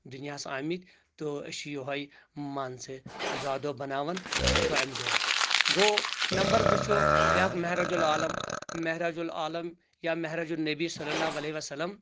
دُنیاہس آمٕتۍ تہٕ أسۍ چھِ یوٚہے مان ژٕ زا دۄہ بناوان چھُ امہِ دۄہ اسہِ گوٚو نمبر زٕ چھُ بیاکھ معراج العالم معراج العالم یا معراجالنبی صلی اللہ علیہ وسلم